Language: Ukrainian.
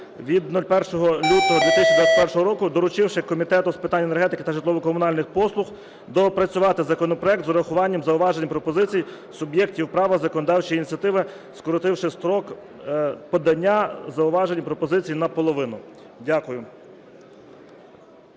від 01 лютого 2021 року), доручивши Комітету з питань енергетики та житлово-комунальних послуг доопрацювати законопроект з урахуванням зауважень і пропозицій суб'єктів права законодавчої ініціативи, скоротивши строк подання зауважень і пропозицій наполовину. Дякую.